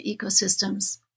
ecosystems